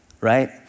right